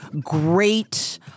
great